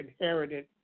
inherited